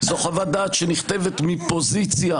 זאת חוות-דעת שנכתבת מפוזיציה